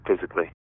physically